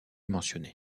mentionné